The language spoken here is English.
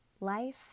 life